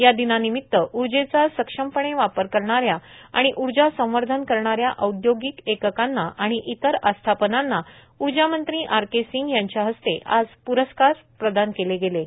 या दिनानिमित्तए उर्जेचा सक्षमपणे वापर करणाऱ्या आणि उर्जा संवर्धन करणाऱ्या औद्योगिक एककांना आणि इतर आस्थापनांनाए उर्जा मंत्री आर के सिंग यांच्या हस्ते आज प्रस्कार प्रदान केले गेलेत